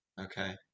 Okay